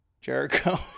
Jericho